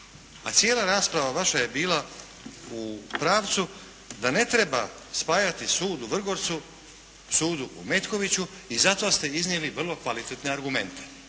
a cijela rasprava vaša je bila u pravcu da ne treba spajati sud u Vrgorcu sudu u Metkoviću i za to ste iznijeli vrlo kvalitetne argumente.